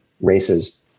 races